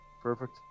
Perfect